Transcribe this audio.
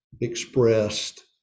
expressed